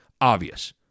obvious